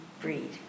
breed